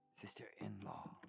sister-in-law